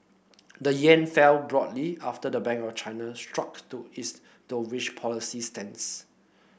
the yen fell broadly after the Bank of China stuck to its dovish policy stance